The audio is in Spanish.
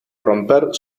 romper